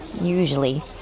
Usually